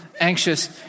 anxious